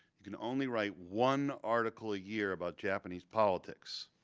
you can only write one article a year about japanese politics